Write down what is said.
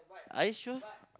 are you sure